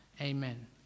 amen